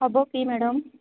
ସବୁ free madam